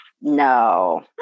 No